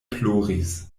ploris